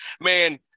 man